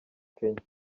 kenya